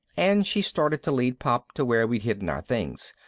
and she started to lead pop to where we'd hidden our things.